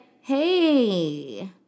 hey